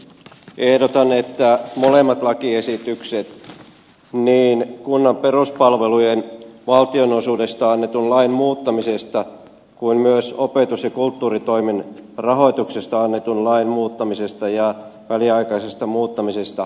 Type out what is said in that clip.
ehdotan että molemmat lakiehdotukset niin kunnan peruspalvelujen valtionosuudesta annetun lain muuttamisesta kuin myös opetus ja kulttuuritoimen rahoituksesta annetun lain muuttamisesta ja väliaikaisesta muuttamisesta hylätään